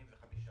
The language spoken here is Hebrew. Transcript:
המדינה.